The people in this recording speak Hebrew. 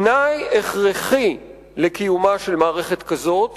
תנאי הכרחי לקיומה של מערכת כזאת